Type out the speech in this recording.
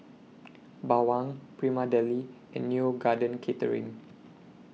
Bawang Prima Deli and Neo Garden Catering